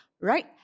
right